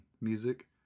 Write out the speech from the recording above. music